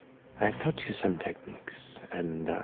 i have taught you some techniques, and